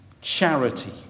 charity